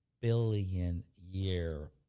billion-year